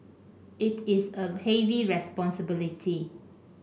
it is a heavy responsibility